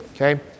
okay